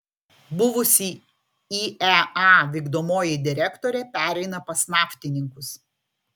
buvusi iea vykdomoji direktorė pereina pas naftininkus